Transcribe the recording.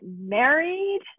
married